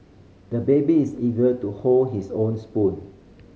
the baby is eager to hold his own spoon